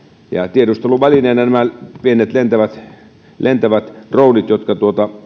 tiedusteluvälineinä nämä pienet lentävät lentävät dronethan jotka